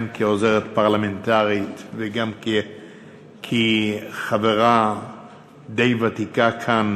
גם כעוזרת פרלמנטרית וגם כחברה די ותיקה כאן,